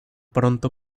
pronto